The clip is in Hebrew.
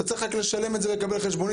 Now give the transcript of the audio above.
אתה צריך רק לשלם את זה ולקבל חשבונית,